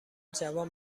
جوان